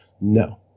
No